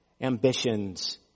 ambitions